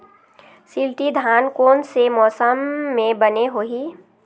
शिल्टी धान कोन से मौसम मे बने होही?